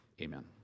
amen